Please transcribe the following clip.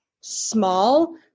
small